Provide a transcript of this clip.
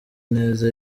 neza